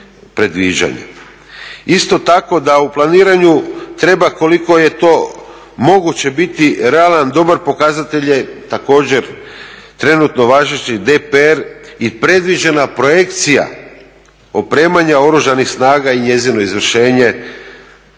Isto tako, da u planiranju treba koliko je to moguće biti realan dobar pokazatelj je također trenutno važeći DPR i predviđena projekcija opremanja Oružanih snaga i njezino izvršenje,